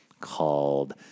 Called